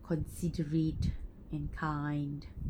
considerate and kind